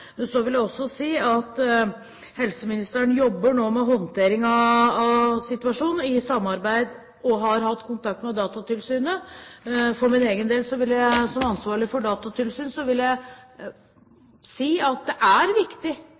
Så vil jeg også si at helseministeren nå jobber med håndteringen av situasjonen, og har hatt kontakt med Datatilsynet. For min egen del vil jeg som ansvarlig for Datatilsynet si at det er viktig